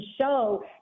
show